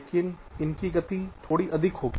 लेकिन इसकी गति थोड़ी अधिक होगी